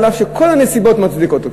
אף שכל הנסיבות מצדיקות.